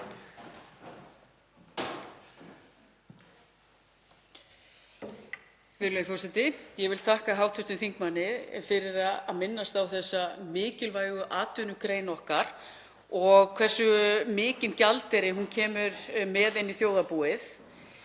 Virðulegi forseti. Ég vil þakka hv. þingmanni fyrir að minnast á þessa mikilvægu atvinnugrein okkar og hversu mikinn gjaldeyri hún kemur með inn í þjóðarbúið.